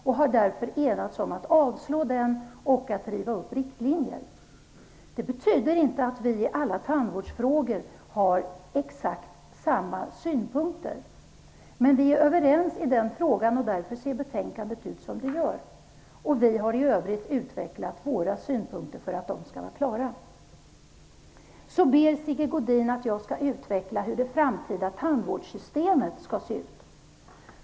Vi har därför enats om att avstyrka den och att riva upp riktlinjer. Det betyder inte att vi i dessa två partier har exakt samma synpunkter i alla tandvårdsfrågor. Men vi är överens i den här frågan, och därför ser betänkandet ut som det gör. Vi har i övrigt utvecklat våra synpunkter för att de skall vara klara. Sigge Godin ber att jag skall utveckla hur det framtida tandvårdssystemet skall se ut.